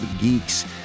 Geeks